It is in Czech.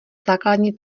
základní